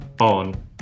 on